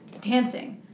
dancing